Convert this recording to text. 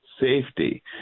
safety